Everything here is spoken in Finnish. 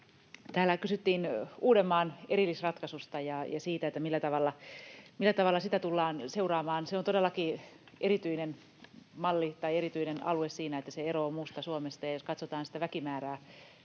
Täällä kysyttiin Uudenmaan erillisratkaisusta ja siitä, millä tavalla sitä tullaan seuraamaan. Se on todellakin erityinen alue siinä, että se eroaa muusta Suomesta. Jos katsotaan sitä väkimäärää,